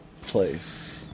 place